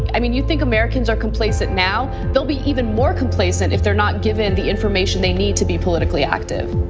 i mean, you think americans are complacent now? they'll be even more complacent if they're not given the information they need to be politically active.